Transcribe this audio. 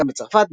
גם בצרפת,